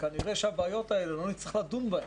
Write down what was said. וכנראה שהבעיות האלה לא נצטרך לדון בהם.